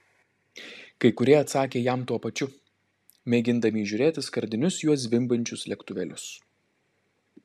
kai kurie atsakė jam tuo pačiu mėgindami įžiūrėti skardinius juo zvimbiančius lėktuvėlius